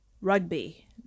Rugby